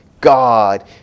God